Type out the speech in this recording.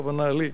הכוונה לי,